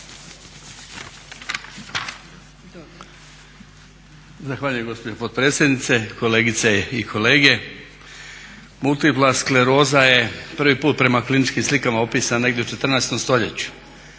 Zahvaljujem gospođo potpredsjednice. Kolegice i kolege. Multipla skleroza je prvi put prema kliničkim slikama opisana negdje u 14.stoljeću,